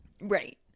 Right